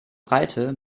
breite